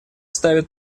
ставит